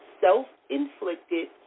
self-inflicted